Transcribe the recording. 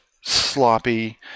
sloppy